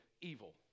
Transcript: evil